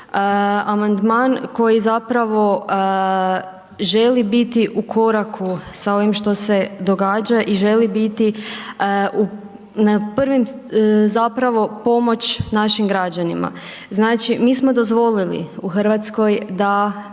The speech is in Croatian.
Amandman koji zapravo želi biti u koraku sa ovim što se događa i želi biti na prvim zapravo pomoć našim građanima. Znači, mi smo dozvolili u Hrvatskoj da